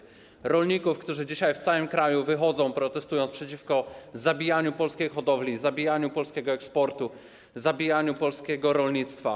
Pragnę pozdrowić tu o rolników, którzy dzisiaj w całym kraju wychodzą, protestując przeciwko zabijaniu polskiej hodowli, zabijaniu polskiego eksportu, zabijaniu polskiego rolnictwa.